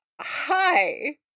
hi